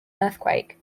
earthquake